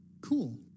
cool